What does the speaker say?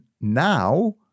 now